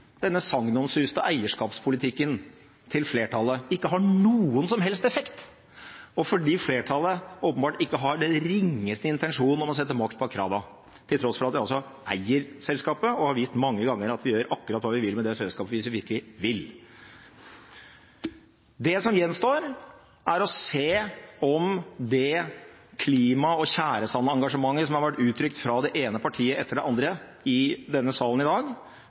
denne sagnomsuste eierskapspolitikken til flertallet ikke har noen som helst effekt, og fordi flertallet åpenbart ikke har den ringeste intensjon om å sette makt bak kravene, til tross for at vi altså eier selskapet og har vist mange ganger at vi gjør akkurat hva vi vil med det selskapet hvis vi virkelig vil. Det som gjenstår, er å se om det klima- og tjæresandengasjementet som har vært uttrykt fra det ene partiet etter det andre i denne salen i dag,